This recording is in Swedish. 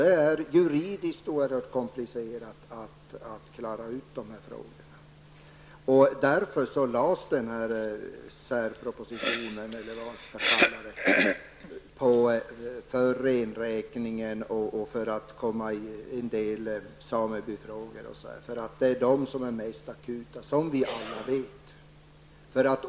Det är juridiskt oerhört komplicerat att utreda de här frågorna. Därför framlades särpropositionen eller vad man skall kalla den om bl.a. rennäringen och en del samebyfrågor. Som vi alla vet är det de problemen som är mest akuta.